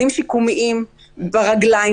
שומרים על מרחק,